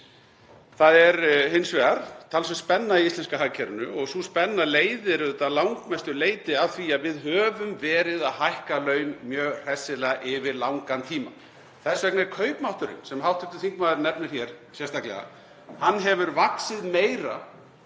Það er hins vegar talsverð spenna í íslenska hagkerfinu og sú spenna leiðir auðvitað að langmestu leyti af því að við höfum verið að hækka laun mjög hressilega yfir langan tíma. Þess vegna hefur kaupmátturinn, sem hv. þingmaður nefnir hér sérstaklega, vaxið meira